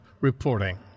reporting